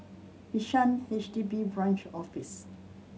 Bishan H D B Branch Office